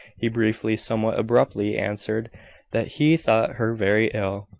he briefly somewhat abruptly answered that he thought her very ill.